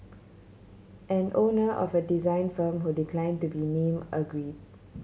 an owner of a design firm who decline to be name agree